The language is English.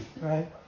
Right